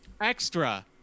extra